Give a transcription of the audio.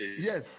Yes